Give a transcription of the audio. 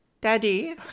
Daddy